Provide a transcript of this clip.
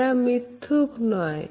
এরা মিথ্যুক নয়